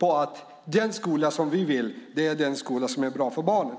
för att den skola som vi vill ha är den skola som är bra för barnen.